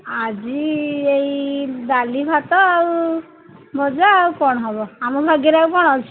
ଆଜି ଏଇ ଡାଲି ଭାତ ଆଉ ଭଜା ଆଉ କ'ଣ ହେବ ଆମ ଭାଗ୍ୟରେ ଆଉ କ'ଣ ଅଛି